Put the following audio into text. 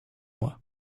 moi